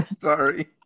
sorry